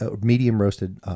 medium-roasted